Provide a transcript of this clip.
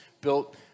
built